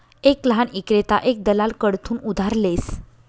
एक लहान ईक्रेता एक दलाल कडथून उधार लेस